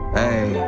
hey